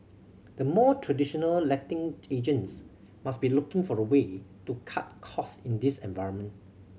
the more traditional letting agents must be looking for a way to cut cost in this environment